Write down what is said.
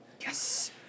Yes